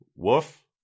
Woof